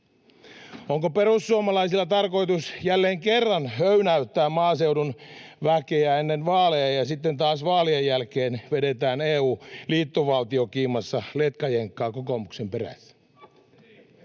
Onko perussuomalaisilla tarkoitus jälleen kerran höynäyttää maaseudun väkeä ennen vaaleja, ja sitten taas vaalien jälkeen vedetään EU-liittovaltiokiimassa letkajenkkaa kokoomuksen perässä?